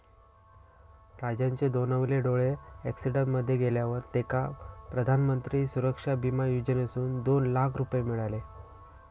राजनचे दोनवले डोळे अॅक्सिडेंट मध्ये गेल्यावर तेका प्रधानमंत्री सुरक्षा बिमा योजनेसून दोन लाख रुपये मिळाले